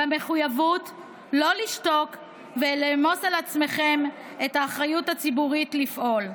במחויבות לא לשתוק ולעמוס על עצמכם את האחריות הציבורית לפעול.